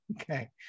okay